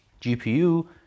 gpu